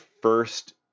first